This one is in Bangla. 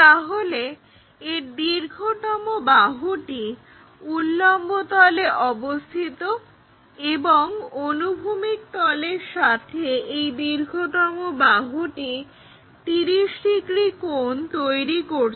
তাহলে এর দীর্ঘতম বাহুটি উল্লম্ব তলে অবস্থিত এবং অনুভূমিক তলের সাথে এই দীর্ঘতম বাহুটি 30 ডিগ্রি কোণ তৈরি করেছে